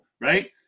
right